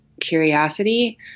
curiosity